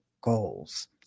goals